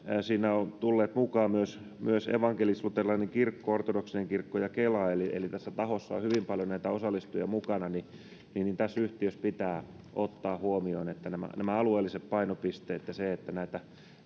siihen ovat tulleet mukaan myös myös evankelisluterilainen kirkko ortodoksinen kirkko ja kela eli eli tässä tahossa on hyvin paljon näitä osallistujia mukana tässä yhtiössä pitää ottaa huomioon nämä nämä alueelliset painopisteet ja se että näitä